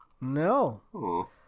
No